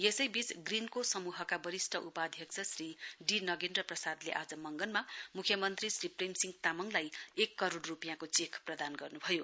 यसैवीच ग्रीनको समूहका वरिष्ट उपाध्यक्ष श्री डी नगेन्द्र प्रसादले आज मंगनमा मुख्यमन्त्री श्री प्रेमसिंह तामङलाई एक करोड़ रुपियाँको चेक प्रदान गर्नुभयो